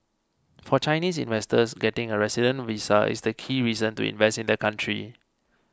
for Chinese investors getting a resident visa is the key reason to invest in the country